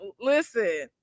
Listen